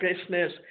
business